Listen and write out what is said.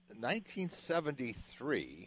1973